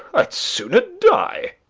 i'd sooner die.